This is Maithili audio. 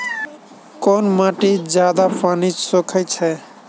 केँ माटि जियादा पानि सोखय छै?